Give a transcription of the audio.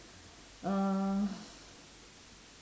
uh